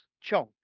Chong